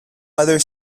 other